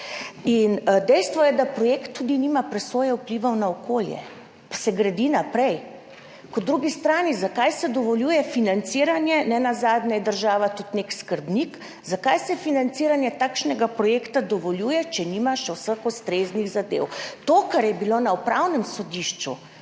Dejstvo je, da projekt tudi nima presoje vplivov na okolje, pa se gradi naprej. Po drugi strani: zakaj se dovoljuje financiranje, nenazadnje je država tudi nek skrbnik? Zakaj se financiranje takšnega projekta dovoljuje, če nimaš vseh ustreznih zadev? To, kar se je na Upravnem sodišču